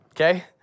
okay